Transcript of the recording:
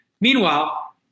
Meanwhile